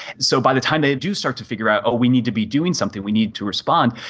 so by the time they do start to figure out, oh, we need to be doing something, we need to respond,